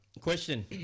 Question